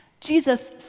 Jesus